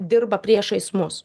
dirba priešais mus